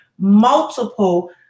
multiple